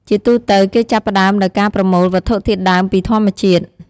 ជាទូទៅ គេចាប់ផ្តើមដោយការប្រមូលវត្ថុធាតុដើមពីធម្មជាតិ។